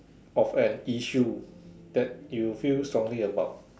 of an issue that you feel strongly about